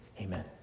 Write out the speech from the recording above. Amen